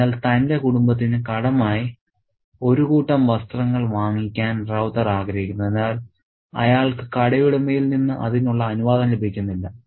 അതിനാൽ തന്റെ കുടുംബത്തിന് കടമായി ഒരു കൂട്ടം വസ്ത്രങ്ങൾ വാങ്ങിക്കാൻ റൌത്തർ ആഗ്രഹിക്കുന്നു എന്നാൽ അയാൾക്ക് കടയുടമയിൽ നിന്ന് അതിനുള്ള അനുവാദം ലഭിക്കുന്നില്ല